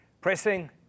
pressing